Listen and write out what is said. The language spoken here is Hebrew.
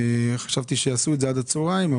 חשבתי שיעשו את זה עד הצהריים,